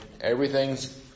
everything's